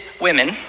women